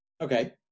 Okay